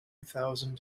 thousand